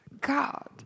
God